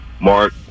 Mark